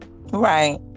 Right